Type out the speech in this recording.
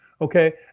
Okay